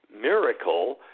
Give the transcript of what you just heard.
miracle